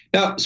Now